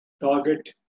Target